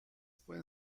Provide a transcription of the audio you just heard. pueden